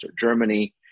Germany